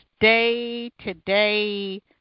day-to-day